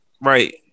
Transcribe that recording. right